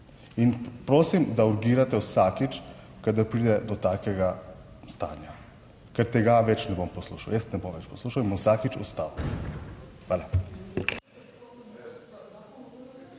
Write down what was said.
In prosim, da urgirate vsakič, kadar pride do takega stanja, ker tega več ne bom poslušal, jaz ne bom več poslušal in bom vsakič vstal. Hvala.